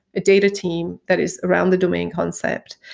a data team that is around the domain concept,